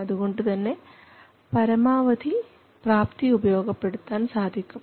അതുകൊണ്ടുതന്നെ പരമാവധി പ്രാപ്തി ഉപയോഗപ്പെടുത്താൻ സാധിക്കും